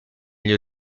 gli